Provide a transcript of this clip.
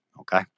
Okay